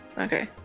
Okay